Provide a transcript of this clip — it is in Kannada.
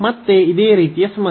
ಮತ್ತೆ ಇದೇ ರೀತಿಯ ಸಮಸ್ಯೆ